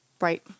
Right